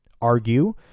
Argue